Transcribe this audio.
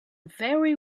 very